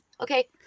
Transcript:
Okay